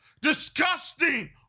disgusting